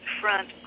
front